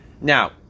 Now